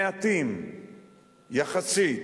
מעטים יחסית,